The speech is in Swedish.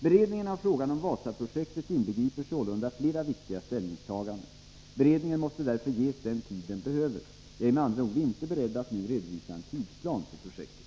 Beredningen av frågan om Wasaprojektet inbegriper sålunda flera viktiga ställningstaganden. Beredningen måste därför ges den tid den behöver. Jag är med andra ord inte beredd att nu redovisa en tidsplan för projektet.